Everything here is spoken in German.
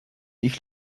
ich